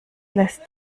lässt